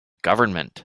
government